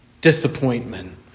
Disappointment